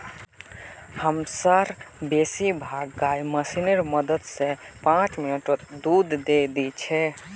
हमसार बेसी भाग गाय मशीनेर मदद स पांच मिनटत दूध दे दी छेक